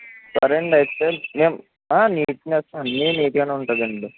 సరేండి అయితే మేము ఆ నీట్నెస్సు అన్నీ నీట్గానే ఉంటుందండి